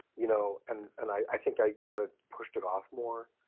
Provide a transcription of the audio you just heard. you know. and and i think i kind of pushed it off more.